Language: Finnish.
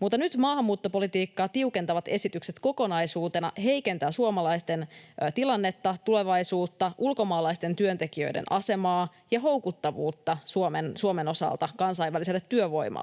Mutta nyt maahanmuuttopolitiikkaa tiukentavat esitykset kokonaisuutena heikentävät suomalaisten tilannetta, tulevaisuutta, ulkomaalaisten työntekijöiden asemaa ja houkuttavuutta Suomen osalta kansainväliselle työvoimalle.